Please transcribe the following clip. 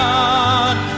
God